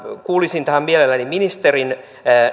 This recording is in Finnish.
kuulisin tähän mielelläni ministerin